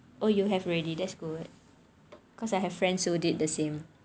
oh you have already that's good because I have friends who did the same